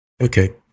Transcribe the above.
Okay